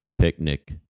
picnic